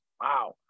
Wow